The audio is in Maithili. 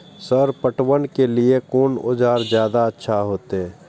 सर पटवन के लीऐ कोन औजार ज्यादा अच्छा होते?